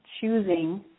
choosing